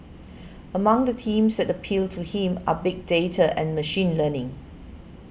among the themes that appeal to him are big data and machine learning